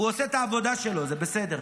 הוא עושה את העבודה שלו, זה בסדר.